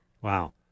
Wow